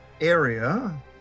area